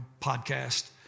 podcast